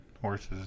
horses